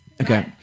Okay